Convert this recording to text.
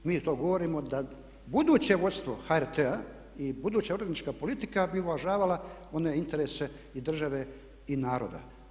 Mi to govorimo da buduće vodstvo HRT-a i buduća urednička politika bi uvažavala one interese i države i naroda.